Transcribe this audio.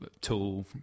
tool